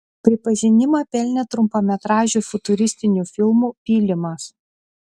pripažinimą pelnė trumpametražiu futuristiniu filmu pylimas